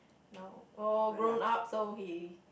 no all grown up so he